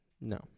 no